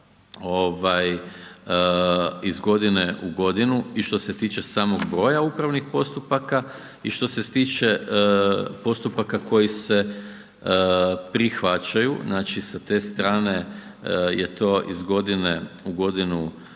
iz godine u godinu i što se tiče samog broja upravnih postupaka i što se tiče postupaka koji se prihvaćaju, znači sa te strane je to iz godine u godinu